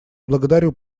благодарю